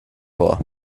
vor